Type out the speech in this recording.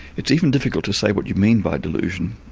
it's even difficult to say what you mean by delusion.